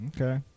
Okay